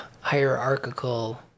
hierarchical